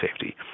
safety